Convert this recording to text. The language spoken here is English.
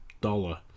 dollar